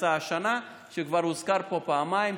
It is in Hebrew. שהוזכר פה פעמיים,